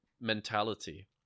mentality